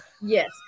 Yes